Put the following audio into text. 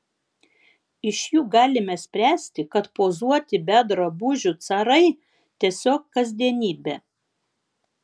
iš jų galime spręsti kad pozuoti be drabužių carai tiesiog kasdienybė